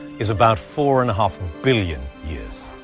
is about four and a half billion years.